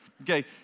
Okay